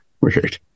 Weird